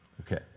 Okay